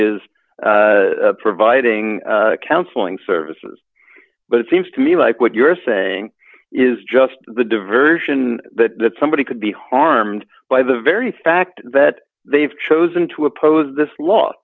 is providing counseling services but it seems to me like what you're saying is just the diversion that that somebody could be harmed by the very fact that they've chosen to oppose this law